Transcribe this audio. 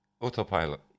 Autopilot